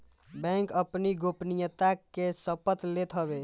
bank अपनी गोपनीयता के शपथ लेत हवे